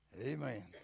Amen